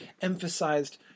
emphasized